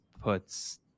puts